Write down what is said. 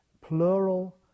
plural